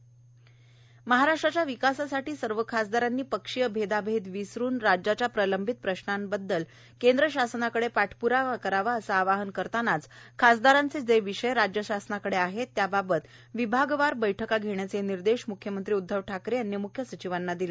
म्ख्यमंत्री महाराष्ट्राच्या विकासासाठी सर्व खासदारांनी पक्षीय भेद विसरून राज्याच्या प्रलंबित प्रश्नांबाबत केंद्र शासनाकडे पाठप्रावा करावा असे आवाहन करतानाच खासदारांचे जे विषय राज्य शासनाकडे आहेत त्याबाबत विभागवार बैठका घेण्याचे निर्देश मुख्यमंत्री उद्वव ठाकरे यांनी मुख्य सचिवांना दिले